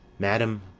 madam,